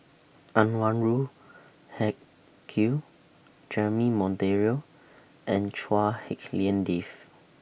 Anwarul Haque Jeremy Monteiro and Chua Hak Lien Dave